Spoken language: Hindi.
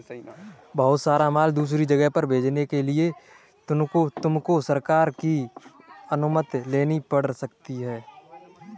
बहुत सारा माल दूसरी जगह पर भिजवाने के लिए तुमको सरकार की अनुमति लेनी पड़ सकती है